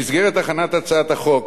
במסגרת הכנת הצעת החוק,